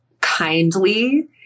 kindly